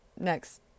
next